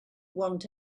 want